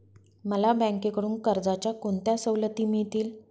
मला बँकेकडून कर्जाच्या कोणत्या सवलती मिळतील?